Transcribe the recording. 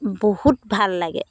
বহুত ভাল লাগে